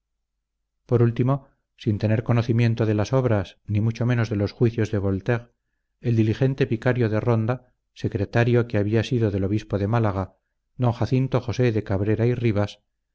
por último sin tener conocimiento de las obras ni mucho menos de los juicios de voltaire el diligente vicario de ronda secretario que había sido del obispo de málaga d jacinto josé de cabrera y rivas